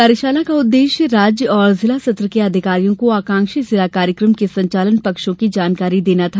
कार्यशाला का उद्देश्य राज्य और जिला सत्र के अधिकारियों को आकांक्षी जिला कार्यक्रम के संचालन पक्षों की जानकारी देना था